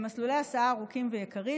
מסלולי הסעה ארוכים ויקרים,